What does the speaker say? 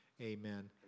Amen